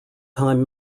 time